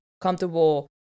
comfortable